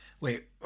wait